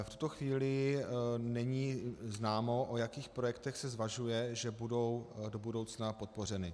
V tuto chvíli není známo, o jakých projektech se zvažuje, že budou do budoucna podpořeny.